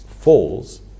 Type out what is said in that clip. falls